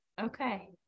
Okay